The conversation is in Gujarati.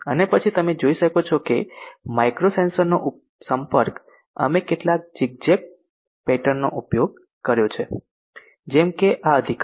અને પછી તમે જોઈ શકો છો કે માઇક્રો સેન્સર નો સંપર્ક અમે કેટલાક ઝિગઝેગ પેટર્નનો ઉપયોગ કર્યો છે જેમ કે આ અધિકાર